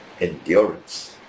endurance